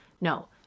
No